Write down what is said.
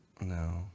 No